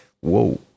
whoa